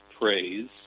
praise